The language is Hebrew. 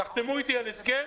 תחתמו איתנו על הסכם,